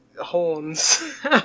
horns